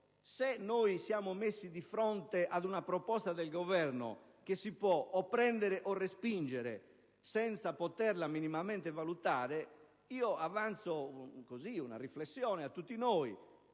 se siamo messi di fronte ad una proposta del Governo che si può o prendere o respingere, senza poterla minimamente valutare, avanzo una riflessione a tutti noi: